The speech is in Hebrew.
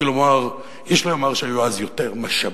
כלומר, איש לא יאמר שהיו אז יותר משאבים,